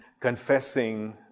confessing